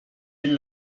ils